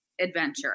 adventure